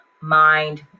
mind